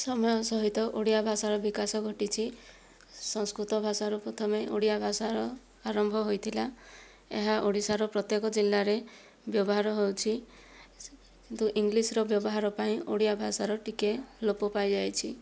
ସମୟ ସହିତ ଓଡ଼ିଆ ଭାଷାର ବିକାଶ ଘଟିଛି ସଂସ୍କୃତ ଭାଷାରୁ ପ୍ରଥମେ ଓଡ଼ିଆ ଭାଷାର ଆରମ୍ଭ ହୋଇଥିଲା ଏହା ଓଡ଼ିଶାର ପ୍ରତ୍ୟକ ଜିଲ୍ଲାରେ ବ୍ୟବହାର ହେଉଛି କିନ୍ତୁ ଇଙ୍ଗ୍ଲିଶର ବ୍ୟବହାର ପାଇଁ ଓଡ଼ିଆ ଭାଷାର ଟିକିଏ ଲୋପ ପାଇ ଯାଇଛି